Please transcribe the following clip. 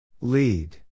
Lead